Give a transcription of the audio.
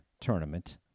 tournament